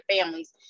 families